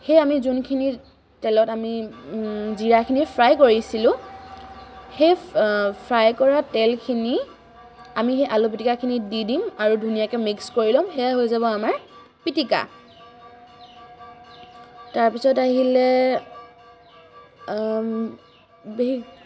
সেই আমি যোনখিনি তেলত আমি জিৰাখিনি ফ্ৰাই কৰিছিলোঁ সেই ফ্ৰাই কৰা তেলখিনি আমি সেই আলু পিটিকাখিনিত দি দিম আৰু ধুনীয়াকৈ মিক্স কৰি ল'ম সেইয়াই হৈ যাব আমাৰ পিটিকা তাৰপিছত আহিলে